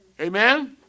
Amen